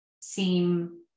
seem